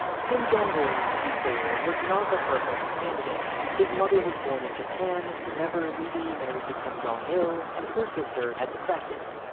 kim jong-un, to be clear, was not the perfect candidate his mother was born in japan, never legally married to kim jong-il, and her sister had defected.